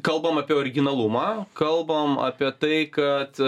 kalbam apie originalumą kalbam apie tai kad